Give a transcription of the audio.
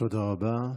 תודה רבה.